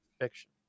fiction